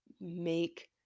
make